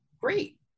great